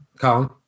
Colin